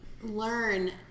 learn